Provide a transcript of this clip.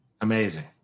amazing